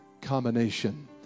combination